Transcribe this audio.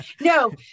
No